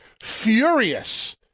furious